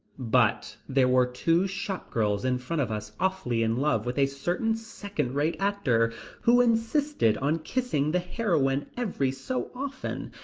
but there were two shop girls in front of us awfully in love with a certain second-rate actor who insisted on kissing the heroine every so often,